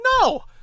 no